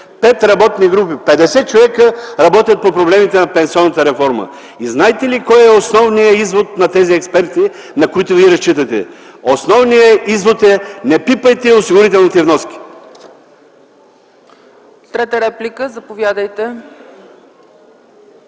– 5 работни групи, 50 човека работят по проблемите на пенсионната реформа. Знаете ли кой е основният извод на тези експерти, на които вие разчитате? Основният извод е: „Не пипайте осигурителните вноски!”.